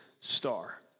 star